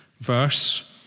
verse